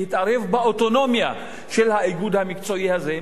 להתערב באוטונומיה של האיגוד המקצועי הזה.